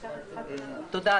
תודה,